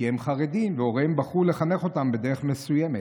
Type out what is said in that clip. כי הם חרדים, והוריהם בחרו לחנך אותם בדרך מסוימת.